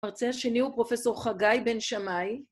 ‫המרצה השני הוא פרופ' חגי בן שמאי.